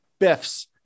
Biffs